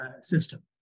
system